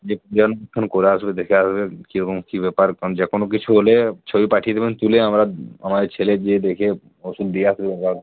গিয়ে করে আসবে দেখে আসবে কী রকম কী ব্যাপার কারণ যে কোনো কিছু হলে ছবি পাঠিয়ে দেবেন তুলে আমরা আমাদের ছেলে গিয়ে দেখে ওষুধ দিয়ে আসবে আবার